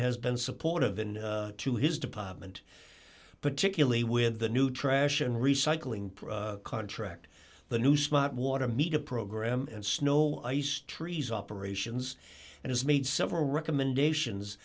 has been supportive in to his department particularly with the new trash and recycling contract the new smart water meter program and snow ice trees operations and has made several recommendations